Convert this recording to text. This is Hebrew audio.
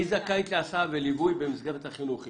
היא זכאות להסעה וליווי במסגרת החינוכית.